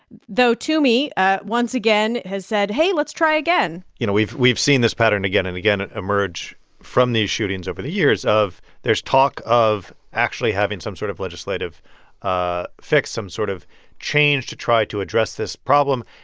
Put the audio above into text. though toomey ah once again has said, hey. let's try again you know, we've we've seen this pattern again and again emerge from these shootings over the years of there's talk of actually having some sort of legislative ah fix, some sort of change to try to address this problem.